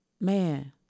man